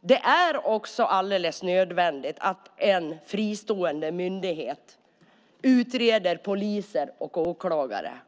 Det är också alldeles nödvändigt att en fristående myndighet utreder poliser och åklagare.